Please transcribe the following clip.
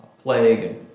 plague